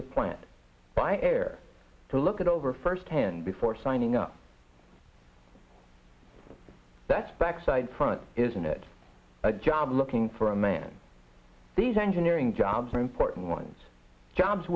the plant by air to look it over first hand before signing up that's backside front isn't it a job looking for a man these engineering jobs are important ones jobs